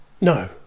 No